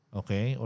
okay